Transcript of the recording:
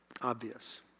obvious